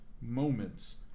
moments